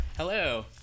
Hello